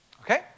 Okay